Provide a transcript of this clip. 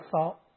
salt